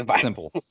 simple